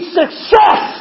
success